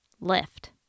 lift